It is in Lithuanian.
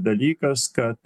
dalykas kad